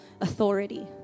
authority